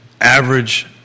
Average